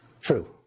True